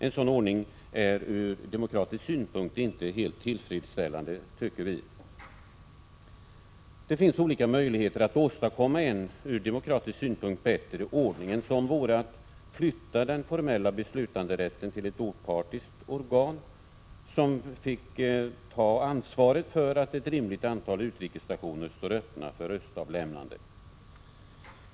En sådan ordning är, ur demokratisk synpunkt, icke helt tillfredsställande, tycker vi. Det finns olika möjligheter att åstadkomma en ur demokratisk synpunkt bättre ordning. En sådan vore att flytta den formella beslutanderätten till ett opartiskt organ, som fick ta ansvaret för att ett rimligt antal utrikesstationer står öppna för röstavlämnande.